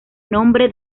nombre